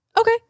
Okay